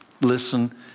Listen